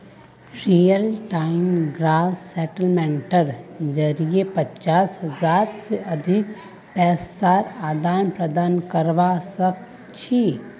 real time gross सेटलमेंटेर जरिये पचास हज़ार से अधिक पैसार आदान प्रदान करवा सक छी